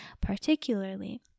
particularly